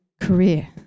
career